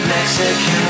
Mexican